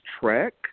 track